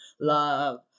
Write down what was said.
love